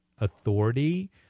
authority